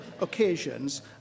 occasions